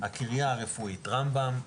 הקריה הרפואית רמב"ם,